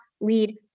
lead